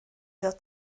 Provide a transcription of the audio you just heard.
ddod